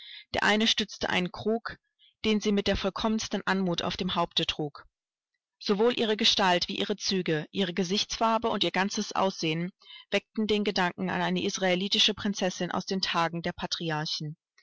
der eine stützte einen krug den sie mit der vollkommensten anmut auf dem haupte trug sowohl ihre gestalt wie ihre züge ihre gesichtsfarbe und ihr ganzes aussehen weckten den gedanken an eine israelitische prinzessin aus den tagen der patriarchen